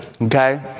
Okay